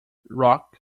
rock